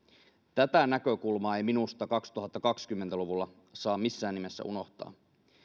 tätä näkökulmaa ei minusta kaksituhattakaksikymmentä luvulla saa missään nimessä unohtaa